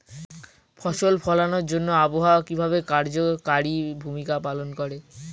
ফসল ফলানোর জন্য আবহাওয়া কিভাবে কার্যকরী ভূমিকা পালন করে?